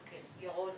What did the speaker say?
ירון